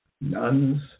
nuns